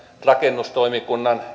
rakennustoimikunnassa